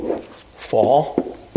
fall